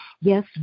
Yes